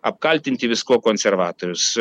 apkaltinti viskuo konservatorius